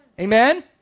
Amen